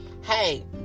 hey